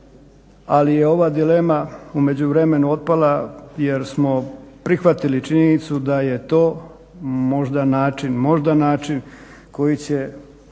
ali je ova dilema u međuvremenu otpala jer smo prihvatili činjenicu da je to možda način koji će